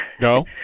No